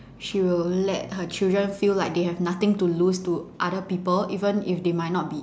she will let her children feel like they have nothing to lose to other people even if they might not be